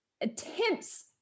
attempts